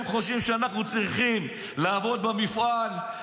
הם חושבים שאנחנו צריכים לעבוד במפעל,